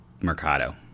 Mercado